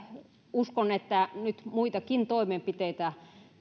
uskon että nyt muitakin toimenpiteitä